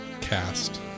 cast